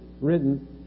written